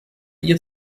ihr